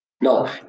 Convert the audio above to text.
No